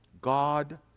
God